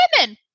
women